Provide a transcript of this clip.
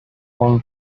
one